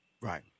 Right